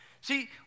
See